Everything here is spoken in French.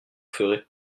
ferez